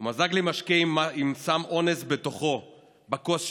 הוא מזג לי משקה עם סם אונס בתוכו בכוס שלי,